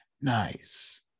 Nice